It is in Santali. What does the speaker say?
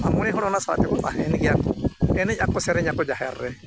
ᱟᱨ ᱢᱚᱬᱮ ᱦᱚᱲ ᱚᱱᱟ ᱥᱟᱞᱟᱜ ᱛᱮᱠᱚ ᱛᱟᱦᱮᱱ ᱜᱮᱭᱟ ᱠᱚ ᱮᱱᱮᱡ ᱟᱠᱚ ᱥᱮᱨᱮᱧ ᱟᱠᱚ ᱡᱟᱦᱮᱨ ᱨᱮ